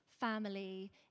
family